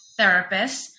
therapists